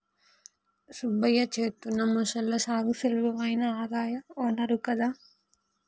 సుబ్బయ్య చేత్తున్న మొసళ్ల సాగు సులభమైన ఆదాయ వనరు కదా